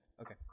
Okay